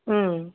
ம்